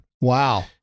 Wow